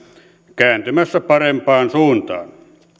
kääntymässä parempaan suuntaan